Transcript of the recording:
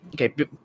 Okay